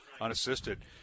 unassisted